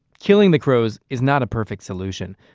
killing the crows is not a perfect solution.